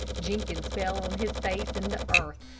jenkins fell on his face in the earth.